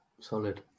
Solid